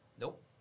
nope